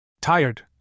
tired